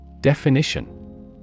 Definition